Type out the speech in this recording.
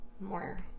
more